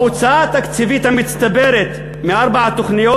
ההוצאה התקציבית המצטברת מארבע התוכניות